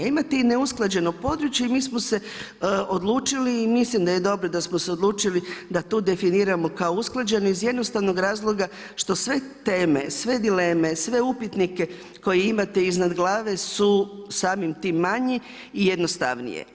Imate i neusklađeno područje i mi smo se odlučili i mislim da je dobro da smo se odlučili da to definiramo kao usklađeno, iz jednostavnog razloga, što sve teme, sve dileme, sve upitnike, koje imate iznad glave, su samim tim manji i jednostavnije.